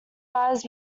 eyes